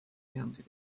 counted